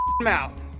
mouth